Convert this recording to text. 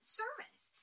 service